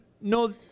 no